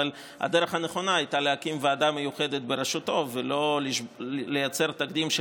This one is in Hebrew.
אבל הדרך הנכונה הייתה להקים ועדה מיוחדת בראשותו ולא לייצר תקדים של